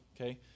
okay